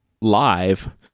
live